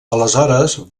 aleshores